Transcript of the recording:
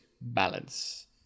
balance